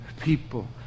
people